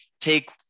take